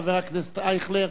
חבר הכנסת אייכלר,